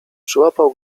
przyłapał